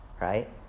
right